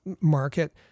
market